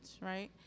right